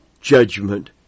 judgment